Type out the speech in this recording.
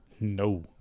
No